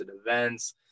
events